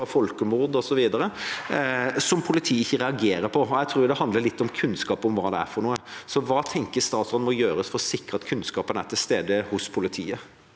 folkemord, som politiet ikke reagerer på. Jeg tror det handler litt om kunnskap om hva det er. Hva tenker statsråden må gjøres for å sikre at kunnskapen er til stede hos politiet?